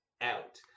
out